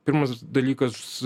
pirmas dalykas